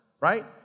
right